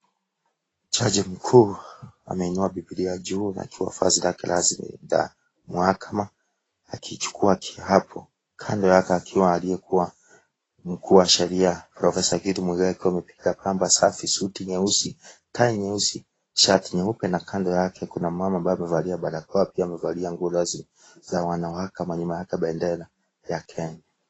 Jaji mkuu ameinua Bibilia juu akiwa amevaa vazi la mahakama akichukua kiapo. Kando yake aliyekuwa mkuu wa sheria Professa Githu Muigai akiwa amepiga bamba safi; suti nyeusi, tai nyeusi, shati nyeupe na kando yake kuna mama ambaye amevalia barakoa pia amevalia nguo rasmi za wanawake. Nyuma yake bendera ya Kenya.